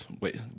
wait